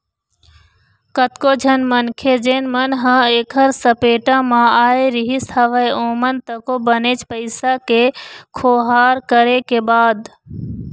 कतको झन मनखे जेन मन ह ऐखर सपेटा म आय रिहिस हवय ओमन तको बनेच पइसा के खोहार करे के बाद